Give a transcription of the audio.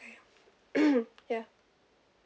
ya